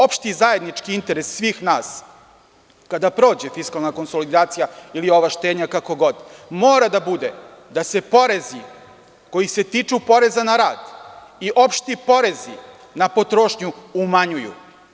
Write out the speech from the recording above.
Opšti i zajednički interes svih nas, kada prođe fiskalna konsolidacija ili ova štednja, kako god, mora da bude da se porezi koji se tiču poreza na rad i opšti porezi na potrošnju umanjuju.